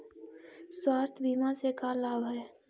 स्वास्थ्य बीमा से का लाभ है?